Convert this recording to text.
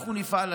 אנחנו נפעל,